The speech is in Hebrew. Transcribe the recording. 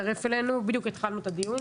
בדיוק התחלנו את הדיון